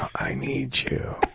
i need you.